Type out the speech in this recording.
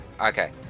Okay